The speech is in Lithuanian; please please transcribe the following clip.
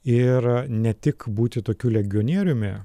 ir ne tik būti tokiu legionieriumi